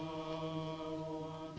oh